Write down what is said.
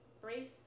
brace